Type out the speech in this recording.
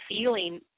feeling